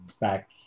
back